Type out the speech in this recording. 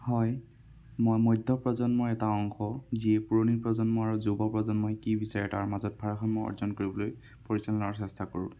হয় মই মধ্য প্ৰজন্মৰ এটা অংশ যিয়ে পুৰণি প্ৰজন্ম আৰু যুৱ প্ৰজন্মই কি বিচাৰে তাৰ মাজত ভাৰসাম্য অৰ্জন কৰিবলৈ পৰিচালনা আৰু চেষ্টা কৰোঁ